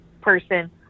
person